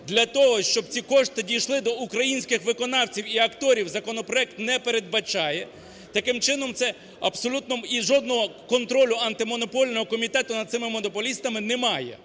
для того, щоб ті кошти дійшли до українських виконавців і акторів законопроект не передбачає. Таким чином, це абсолютно, і жодного контролю Антимонопольного комітету над цими монополістами немає.